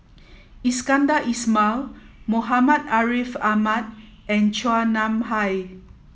Iskandar Ismail Muhammad Ariff Ahmad and Chua Nam Hai